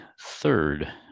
third